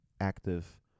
active